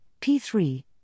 P3